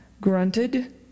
grunted